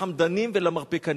לחמדנים ולמרפקנים",